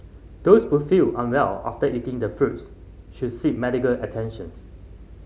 those who feel unwell after eating the fruits should seek medical attentions